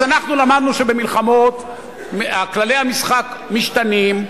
אז אנחנו למדנו שבמלחמות כללי המשחק משתנים,